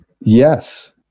Yes